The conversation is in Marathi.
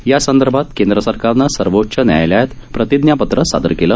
या संदर्भात केंद्र सरकारनं सर्वोच्च न्यायालयात प्रतिज्ञापत्र सादर केलं